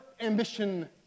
ambition